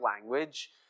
language